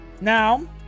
now